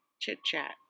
chit-chat